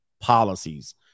policies